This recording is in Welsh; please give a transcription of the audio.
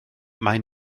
mae